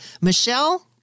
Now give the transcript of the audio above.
Michelle